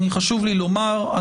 חשוב לי לומר,